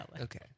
Okay